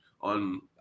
on